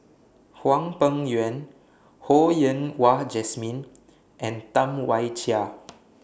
Hwang Peng Yuan Ho Yen Wah Jesmine and Tam Wai Jia